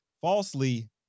falsely